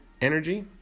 energy